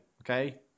okay